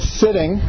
sitting